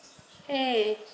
!hey!